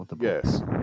Yes